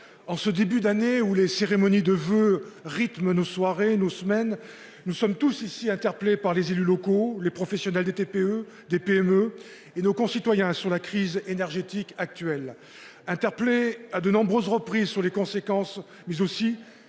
En ce début d'année où les cérémonies de voeux rythme nos soirées, nos semaine nous sommes tous ici. Interpellé par les élus locaux, les professionnels des TPE, des PME et nos concitoyens sur la crise énergétique actuelle. Interpellé à de nombreuses reprises sur les conséquences mais aussi